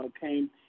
came